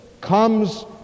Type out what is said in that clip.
comes